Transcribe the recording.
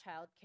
childcare